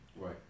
Right